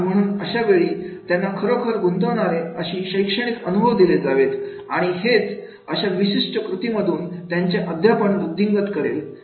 आणि म्हणून अशावेळी त्यांना खरोखर गुंतवणारे अशी शैक्षणिक अनुभव दिले जावेत आणि हेच अशा विशिष्ट कृतीमधून त्यांचे अध्यापन वृद्धिंगत करेल